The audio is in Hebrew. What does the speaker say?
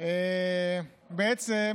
בעצם